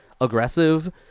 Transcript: aggressive